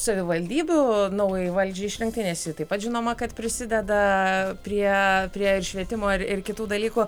savivaldybių naujai valdžiai išrinktai nes ji taip pat žinoma kad prisideda prie prie švietimo ir ir kitų dalykų